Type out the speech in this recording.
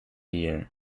year